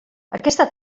aquesta